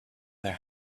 their